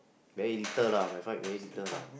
very little lah my fight very little lah